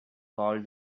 called